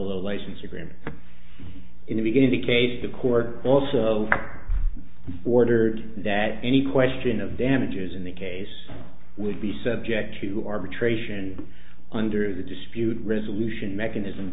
agreement in the beginning the case the court also ordered that any question of damages in the case would be subject to arbitration under the dispute resolution mechanism